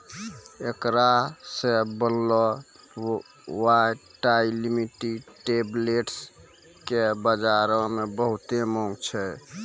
एकरा से बनलो वायटाइलिटी टैबलेट्स के बजारो मे बहुते माँग छै